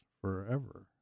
Forever